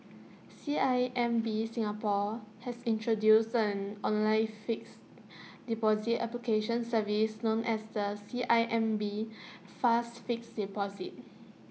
C I M B Singapore has introduced an online fixed deposit application service known as the C I M B fast fixed deposit